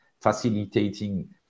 facilitating